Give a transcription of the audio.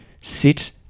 sit